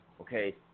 Okay